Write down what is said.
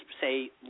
say